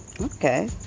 Okay